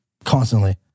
Constantly